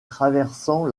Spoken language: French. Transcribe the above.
traversant